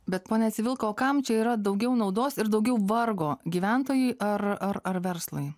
bet pone civilka o kam čia yra daugiau naudos ir daugiau vargo gyventojui ar ar ar verslui